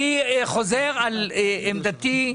אני חוזר על עמדתנו.,